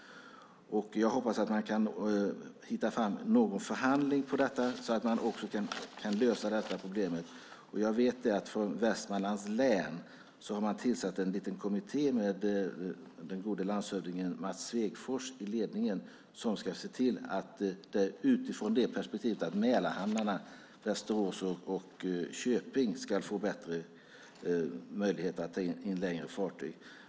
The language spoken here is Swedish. Jag hoppas att man kan förhandla fram något kring detta så att man kan lösa problemet. Från Västmanlands län vet jag att man har tillsatt en liten kommitté med den gode landshövdingen Mats Svegfors i ledningen som utifrån det perspektivet ska se till att Mälarhamnarna Västerås och Köping ska få bättre möjligheter att ta in längre fartyg.